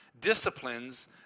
disciplines